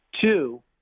Two